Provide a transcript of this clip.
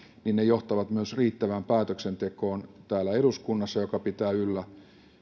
niin ne johtavat myös riittävään päätöksentekoon täällä eduskunnassa mikä pitää yllä